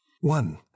One